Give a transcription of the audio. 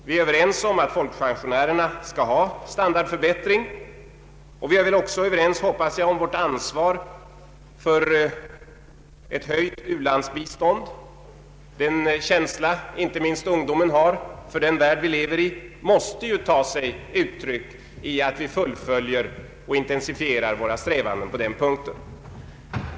Vi är överens om att folkpensionärerna skall ha standardförbättring, och jag hoppas att vi också är överens om vårt ansvar för ett höjt u-landsbistånd. Den känsla som inte minst ungdomen har för den värld vi lever i måste ju ta sig uttryck i att vi fullföljer och intensifierar våra strävanden på den punkten.